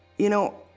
you know,